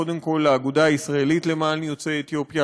קודם כול האגודה הישראלית למען יוצאי אתיופיה,